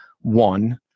one